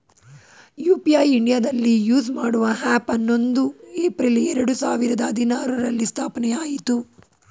UPI ಇಂಡಿಯಾದಲ್ಲಿ use ಮಾಡುವ app ಹನ್ನೊಂದು ಏಪ್ರಿಲ್ ಎರಡು ಸಾವಿರದ ಹದಿನಾರುರಲ್ಲಿ ಸ್ಥಾಪನೆಆಯಿತು